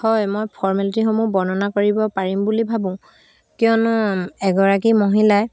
হয় মই ফৰ্মেলিটিসমূহ বৰ্ণনা কৰিব পাৰিম বুলি ভাবোঁ কিয়নো এগৰাকী মহিলাই